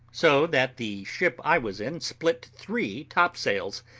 so that the ship i was in split three top-sails,